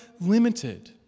limited